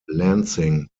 lansing